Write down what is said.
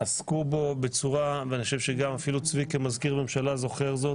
עסקו בו - ואני חושב שאפילו צבי כמזכיר ממשלה זוכר זאת